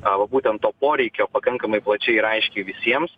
o būtent to poreikio pakankamai plačiai ir aiškiai visiems